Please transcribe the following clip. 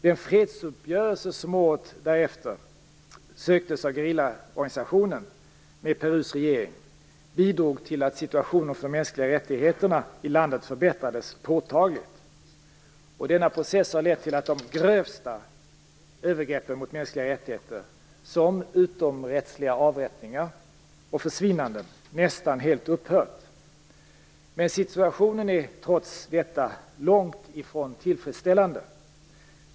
Den fredsuppgörelse som året därefter söktes av gerillaorganisationen med Perus regering bidrog till att situationen för mänskliga rättigheter i landet förbättrades påtagligt. Denna process har lett till att de grövsta övergreppen mot mänskliga rättigheter, som utomrättsliga avrättningar och försvinnanden, nästan helt upphört. Situationen är trots detta långt ifrån tillfredsställande.